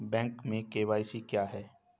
Bank में KYC क्या है?